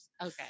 Okay